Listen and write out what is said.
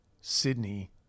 Sydney